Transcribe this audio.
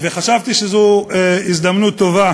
חשבתי שזו הזדמנות טובה